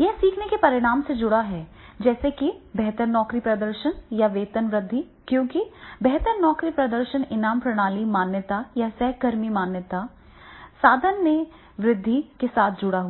यह सीखने के परिणाम से जुड़ा हुआ है जैसे कि बेहतर नौकरी प्रदर्शन या वेतन वृद्धि क्योंकि बेहतर नौकरी प्रदर्शन इनाम प्रणाली मान्यता या सहकर्मी मान्यता इंस्ट्रूमेंटैलिटी में वृद्धि के साथ जुड़ा हुआ है